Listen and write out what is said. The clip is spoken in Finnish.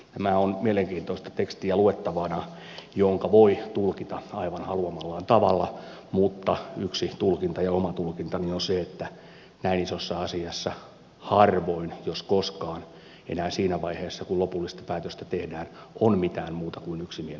tämä on mielenkiintoista tekstiä luettavaksi jonka voi tulkita aivan haluamallaan tavalla mutta yksi tulkinta ja oma tulkintani on se että näin isossa asiassa harvoin jos koskaan enää siinä vaiheessa kun lopullista päätöstä tehdään ollaan mitään muuta kuin yksilön